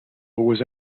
was